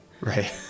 Right